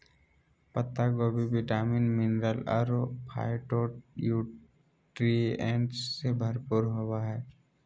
पत्ता गोभी vitamin, mineral अरो फाइटोन्यूट्रिएंट्स से भरपूर होबा हइ